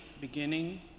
beginning